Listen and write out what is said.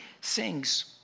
sings